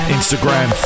Instagram